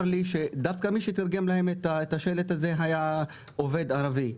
לי שדווקא מי שתרגם להם את השלט הזה היה עובד ערבי.